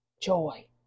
joy